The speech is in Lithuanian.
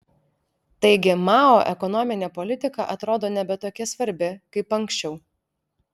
taigi mao ekonominė politika atrodo nebe tokia svarbi kaip anksčiau